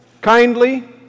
kindly